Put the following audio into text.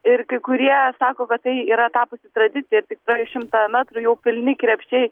ir kai kurie sako kad tai yra tapusi tradicija ir tiktai šimtą metrų jau pilni krepšiai